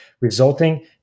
resulting